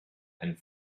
and